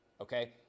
okay